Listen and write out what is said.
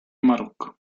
marocco